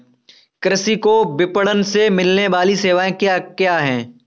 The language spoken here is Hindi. कृषि को विपणन से मिलने वाली सेवाएँ क्या क्या है